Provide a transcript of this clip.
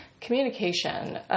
communication